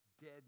dead